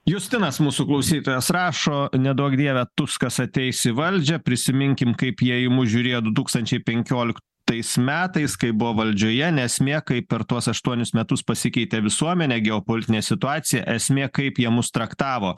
justinas mūsų klausytojas rašo neduok dieve tuskas ateis į valdžią prisiminkim kaip jie į mus žiūrėjo du tūkstančiai penkioliktais metais kai buvo valdžioje ne esmė per tuos aštuonis metus pasikeitė visuomenė geopolitinė situacija esmė kaip jie mus traktavo